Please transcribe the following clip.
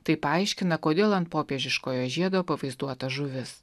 tai paaiškina kodėl ant popiežiškojo žiedo pavaizduota žuvis